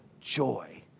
joy